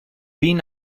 been